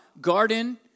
garden